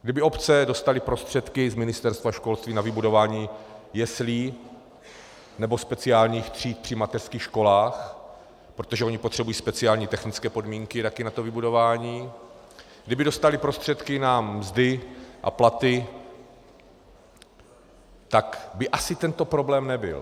Kdyby obce dostaly prostředky z Ministerstva školství na vybudování jeslí nebo speciálních tříd při mateřských školách protože ony potřebují také speciální technické podmínky na to vybudování kdyby dostaly prostředky na mzdy a platy, tak by asi tento problém nebyl.